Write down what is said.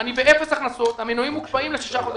אני באפס הכנסות והמינויים מוקפאים לשישה חודשים.